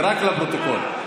רק לפרוטוקול.